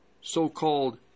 so-called